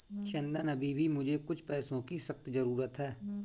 चंदन अभी मुझे कुछ पैसों की सख्त जरूरत है